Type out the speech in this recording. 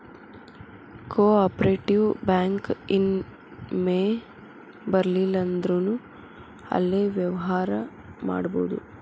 co operative bank ಇನ್ ಮೆಂಬರಿರ್ಲಿಲ್ಲಂದ್ರುನೂ ಅಲ್ಲೆ ವ್ಯವ್ಹಾರಾ ಮಾಡ್ಬೊದು